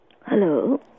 Hello